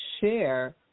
share